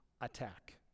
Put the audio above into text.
attack